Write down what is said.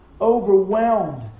Overwhelmed